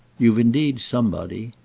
you've indeed somebody.